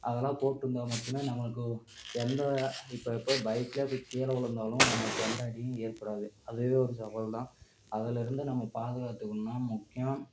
அதெல்லாம் போட்டுருந்தால் மட்டுமே நம்மளுக்கு எந்த இப்போ இப்போ பைக்கில் போய் கீழே விழுந்தாலும் நமக்கு எந்த அடியும் ஏற்படாது அதுவே ஒரு சவால் தான் அதுலேருந்து நம்ம பாதுகாத்துக்கணுனா முக்கியம்